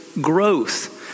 growth